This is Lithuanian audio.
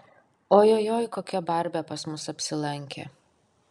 ojojoi kokia barbė pas mus apsilankė